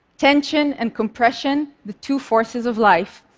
tension and compression, the two forces of life,